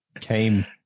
came